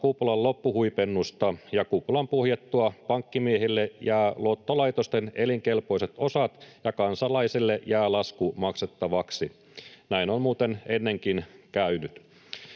kuplan loppuhuipennusta, niin että kuplan puhjettua pankkimiehille jäävät luottolaitosten elinkelpoiset osat ja kansalaisille jää lasku maksettavaksi? Näin on muuten ennenkin käynyt.